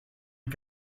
aux